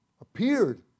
appeared